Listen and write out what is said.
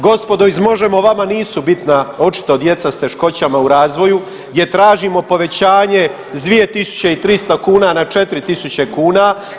Gospodo iz Možemo vama nisu bitna očito djeca s teškoćama u razvoju gdje tražimo povećanje s 2.300 kuna na 4.000 kuna.